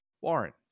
Warren